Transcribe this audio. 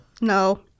No